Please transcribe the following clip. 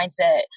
mindset